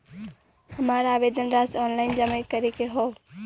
हमार आवेदन राशि ऑनलाइन जमा करे के हौ?